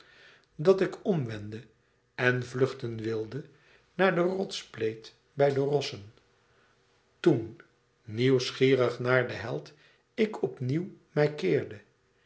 dat ik om wendde en vluchten wilde naar den rotsspleet bij de rossen toen nieuwsgierig naar den held ik